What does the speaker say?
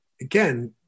again